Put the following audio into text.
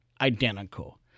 Identical